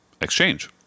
Exchange